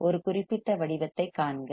ஒரு குறிப்பிட்ட வடிவத்தைக் காண்க